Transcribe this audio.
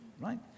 right